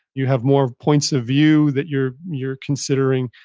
you have more points of view that you're you're considering.